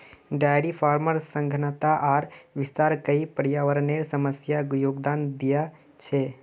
dairy फार्मेर सघनता आर विस्तार कई पर्यावरनेर समस्यात योगदान दिया छे